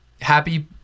happy